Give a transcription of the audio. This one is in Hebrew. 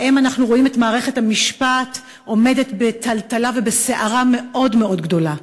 שבהם אנחנו רואים את מערכת המשפט עומדת בטלטלה ובסערה מאוד מאוד גדולה,